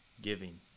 Giving